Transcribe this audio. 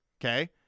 okay